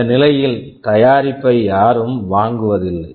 இந்த நிலையில் தயாரிப்பை யாரும் வாங்குவதில்லை